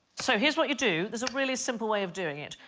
so here's what you do there's a really simple way of doing it.